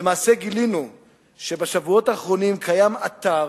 למעשה, גילינו שבשבועות האחרונים קיים אתר